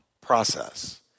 process